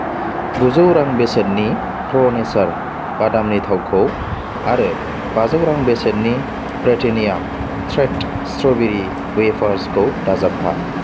गुजौ रां बेसेननि प्र' नेचार बादामनि थावखौ आरो बाजौ रां बेसेननि ब्रिटेनिया त्रिट स्ट्र'बेरि वेफार्सखौ दाजाबफा